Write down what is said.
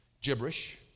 gibberish